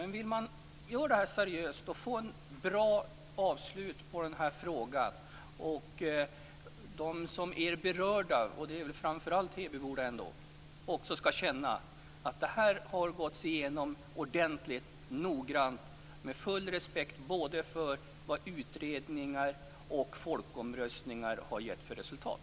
Men vill man göra det här seriöst och få ett bra avslut på den här frågan så skall de som är berörda, och det är väl ändå framför allt Hebyborna, känna att det här har gåtts igenom ordentligt och noggrant med full respekt både för vad utredningar och folkomröstningar har givit för resultat.